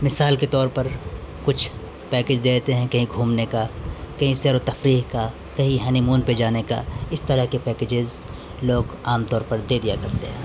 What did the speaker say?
مثال کے طور پر کچھ پیکج دے دیتے ہیں کہیں گھومنے کا کہیں سیر و تفریح کا کہیں ہنیمون پہ جانے کا اس طرح کے پیکیجز لوگ عام طور پر دے دیا کرتے ہیں